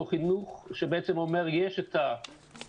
הוא חינוך שבעצם אומר יש את המרחב,